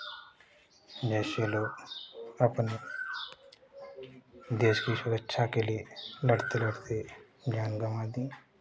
जैसे लोग अपने देश की सुरक्षा के लिए लड़ते लड़ते जान गँवा दी